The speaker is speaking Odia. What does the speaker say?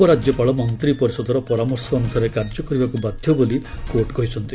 ଉପରାଜ୍ୟପାଳ ମନ୍ତ୍ରୀ ପରିଷଦର ପରାମର୍ଶ ଅନ୍ଦସାରେ କାର୍ଯ୍ୟ କରିବାକୁ ବାଧ୍ୟ ବୋଲି କୋର୍ଟ କହିଛନ୍ତି